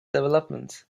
developments